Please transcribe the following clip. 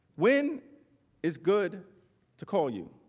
when is good to call you?